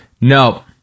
no